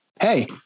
Hey